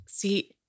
see